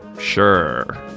sure